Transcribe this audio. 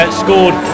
scored